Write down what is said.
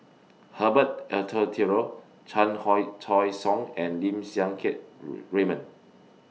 Herbert Eleuterio Chan Choy Siong and Lim Siang Keat Raymond